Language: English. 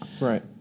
Right